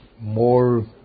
more